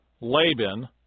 Laban